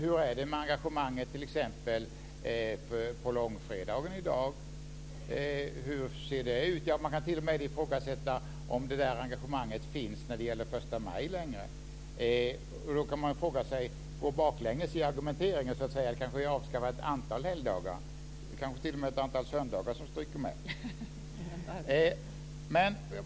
Hur är det t.ex. med engagemanget på långfredagen? Man kan t.o.m. ifrågasätta om engagemanget längre finns när det gäller förstamaj. Man kan gå baklänges i argumenteringen och säga att vi ska avskaffa ett antal helgdagar - kanske t.o.m. ett antal söndagar stryker med.